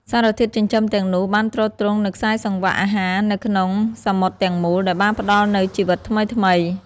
សារធាតុចិញ្ចឹមទាំងនោះបានទ្រទ្រង់នូវខ្សែសង្វាក់អាហារនៅក្នុងសមុទ្រទាំងមូល ដែលបានផ្តល់នូវជីវិតថ្មីៗ។